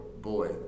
boy